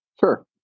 Sure